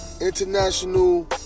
International